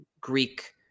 Greek